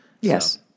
Yes